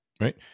Right